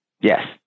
Yes